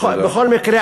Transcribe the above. בכל מקרה,